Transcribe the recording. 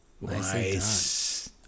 Nice